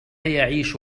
يعيش